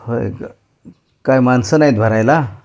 होय का काय माणसं नाही आहेत भरायला